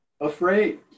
afraid